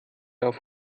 auf